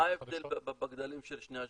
מה ההבדל בגדלים של שני השווקים?